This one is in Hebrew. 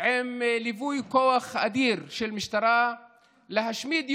עם ליווי כוח אדיר של משטרה להשמיד יבולים.